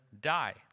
die